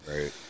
right